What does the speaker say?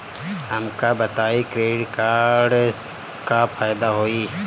हमका बताई credit card से का फायदा होई?